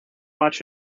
watch